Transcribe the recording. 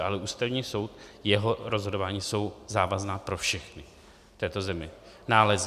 Ale Ústavní soud, jeho rozhodování jsou závazná pro všechny v této zemi, nálezy.